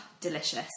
delicious